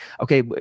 okay